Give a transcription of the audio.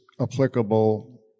applicable